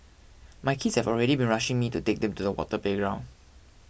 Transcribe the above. my kids have already been rushing me to take them to the water playground